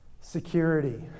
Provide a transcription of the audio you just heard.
security